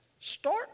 Start